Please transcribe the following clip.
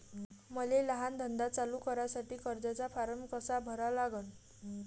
मले लहान धंदा चालू करासाठी कर्जाचा फारम कसा भरा लागन?